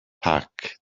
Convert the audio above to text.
pack